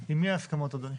עם מי ההסכמות, אדוני?